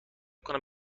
کنم